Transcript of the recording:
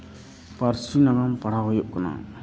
ᱯᱟᱹᱨᱥᱤ ᱱᱟᱜᱟᱢ ᱯᱟᱲᱦᱟᱣ ᱦᱩᱭᱩᱜ ᱠᱟᱱᱟ